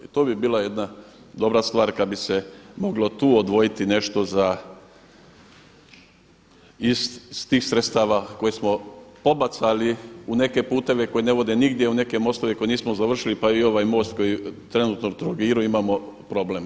I to bi bila jedna dobra stvar kad bi se moglo tu odvojiti nešto iz tih sredstava koje smo pobacali u neke puteve koji ne vode nigdje, u neke mostove koje nismo završili pa i ovaj most koji trenutno u Trogiru imamo problem.